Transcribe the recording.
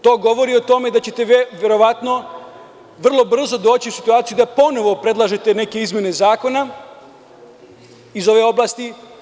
To govori o tome da ćete verovatno vrlo brzo doći u situaciju da ponovo predlažete neke izmene zakona iz ove oblasti.